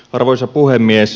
arvoisa puhemies